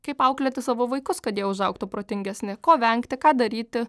kaip auklėti savo vaikus kad jie užaugtų protingesni ko vengti ką daryti